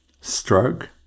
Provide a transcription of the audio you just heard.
stroke